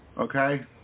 Okay